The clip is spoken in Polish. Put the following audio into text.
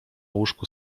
łóżku